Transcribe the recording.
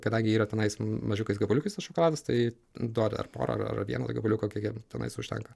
kadangi yra tenais mažiukais gabaliukais tas šokoladas tai duodi ar porą ar ar vieną gabaliuką kiek jiem tenais užtenka